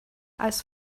als